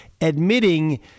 admitting